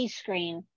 screen